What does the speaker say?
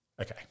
Okay